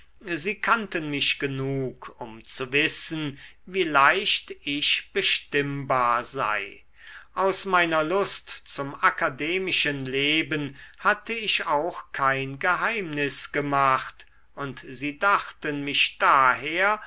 sie kannten mich genug um zu wissen wie leicht ich bestimmbar sei aus meiner lust zum akademischen leben hatte ich auch kein geheimnis gemacht und sie dachten mich daher